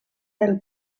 del